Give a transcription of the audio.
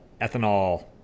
ethanol